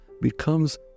becomes